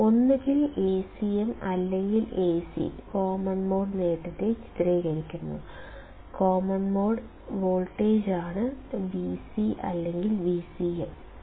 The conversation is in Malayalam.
ഒന്നുകിൽ Acm അല്ലെങ്കിൽ Ac കോമൺ മോഡ് നേട്ടത്തെ ചിത്രീകരിക്കുന്നു കോമൺ മോഡ് വോൾട്ടേജാണ് Vc അല്ലെങ്കിൽ Vcm ആണ്